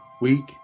week